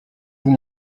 vous